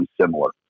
similar